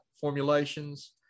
formulations